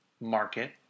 market